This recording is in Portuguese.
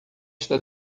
está